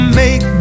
make